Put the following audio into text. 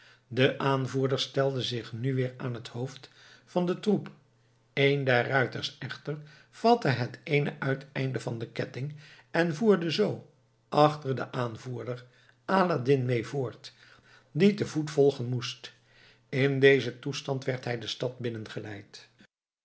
de aanvoerder stelde zich nu weer aan het hoofd van den troep een der ruiters echter vatte het eene uiteinde van den ketting en voerde zoo achter den aanvoerder aladdin mee voort die te voet volgen moest in dezen toestand werd hij de stad